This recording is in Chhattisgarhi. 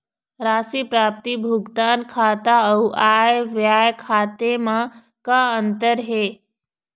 राशि प्राप्ति भुगतान खाता अऊ आय व्यय खाते म का अंतर हे?